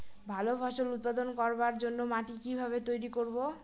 ভালো ফসল উৎপাদন করবার জন্য মাটি কি ভাবে তৈরী করব?